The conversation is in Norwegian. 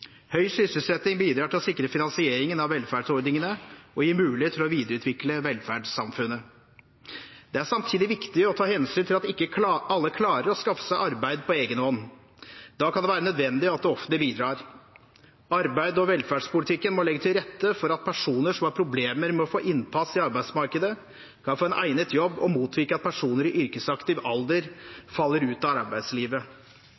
Høy sysselsetting bidrar til å sikre finansieringen av velferdsordningene og gir mulighet til å videreutvikle velferdssamfunnet. Det er samtidig viktig å ta hensyn til at ikke alle klarer å skaffe seg arbeid på egen hånd. Da kan det være nødvendig at det offentlige bidrar. Arbeids- og velferdspolitikken må legge til rette for at personer som har problemer med å få innpass i arbeidsmarkedet, kan få en egnet jobb, og motvirke at personer i yrkesaktiv